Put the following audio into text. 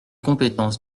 compétences